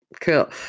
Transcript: Cool